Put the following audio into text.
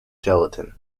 gelatin